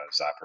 Zapper